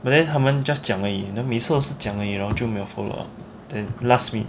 but then 他们 just 讲而已每次都是讲而已就没有 follow up then last week